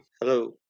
Hello